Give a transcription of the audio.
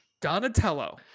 Donatello